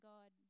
God